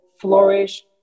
flourish